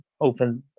opens